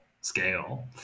scale